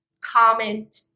comment